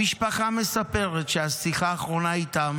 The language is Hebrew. המשפחה מספרת שהשיחה האחרונה איתם